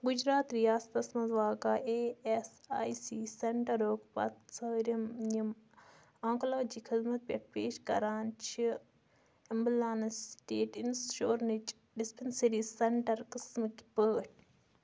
گُجرات رِیاستس مَنٛز واقع اے اٮ۪س آی سی سٮ۪نٛٹَرُک پتہٕ ژھارِم یِم آنٛکٕلاجی خدمت پٮ۪ٹھ پیش کران چھِ اٮ۪مبٕلینٕس سٕٹیٹ اِنشورنٕچ ڈِسپٮ۪نٛسٔری سٮ۪نٛٹَر قٕسمٕکۍ پٲٹھۍ